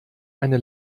eine